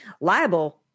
liable